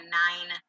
nine